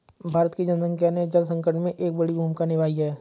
भारत की जनसंख्या ने जल संकट में एक बड़ी भूमिका निभाई है